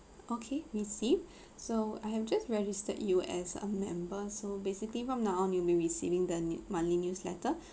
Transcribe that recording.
okay received so I have just registered you as a member so basically from now on you may receiving the ne~ monthly newsletter